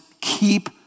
keep